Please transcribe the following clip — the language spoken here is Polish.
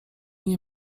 nie